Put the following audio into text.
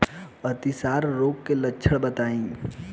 अतिसार रोग के लक्षण बताई?